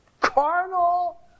carnal